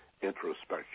introspection